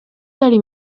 داری